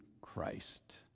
Christ